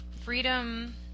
Freedom